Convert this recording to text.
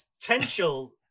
potential